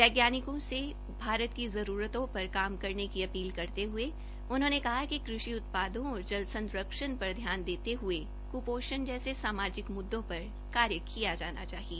वैज्ञानिकों से भारत की जरूरतों पर काम करने की अपील करते हुए उन्होंने कहा कि कृषि उत्पादों और जल संरक्षण पर ध्यान देते हए कृपोषण जैसे सामाजिक मुददों पर काम किया जाना चाहिए